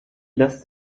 lässt